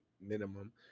minimum